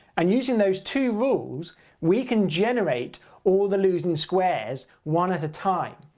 and using those two rules we can generate all the losing squares one at a time.